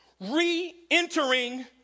re-entering